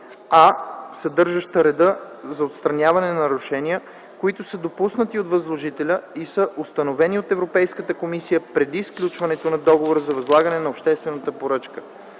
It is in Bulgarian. съдържаща реда за отстраняване на нарушения, които са допуснати от възложителите и са установени от Европейската комисия преди сключването на договора за възлагане на обществена поръчка